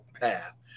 path